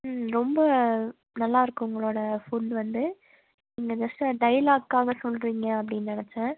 ம் ரொம்ப நல்லா இருக்கு உங்களோட ஃபுட் வந்து நீங்கள் ஜஸ்ட்டு டைலாக்காக சொல்லுறீங்க அப்படின்னு நினச்சேன்